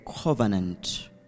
covenant